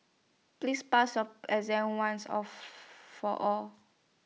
please pass your exam once or for all